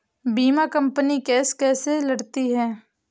बीमा company case कैसे लड़ती है?